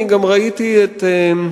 גם ראיתי את,